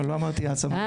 לא, לא אמרתי העצמה.